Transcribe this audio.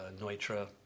Neutra